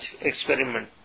experiment